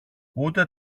ούτε